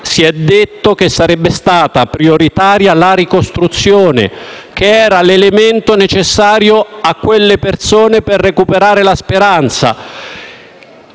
si è detto che sarebbe stata prioritaria la ricostruzione, che era l'elemento necessario a quelle persone per recuperare la speranza.